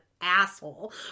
asshole